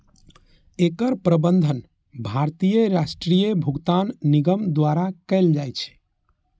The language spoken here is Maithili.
एकर प्रबंधन भारतीय राष्ट्रीय भुगतान निगम द्वारा कैल जाइ छै